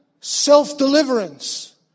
self-deliverance